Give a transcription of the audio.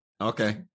Okay